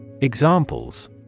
Examples